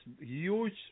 huge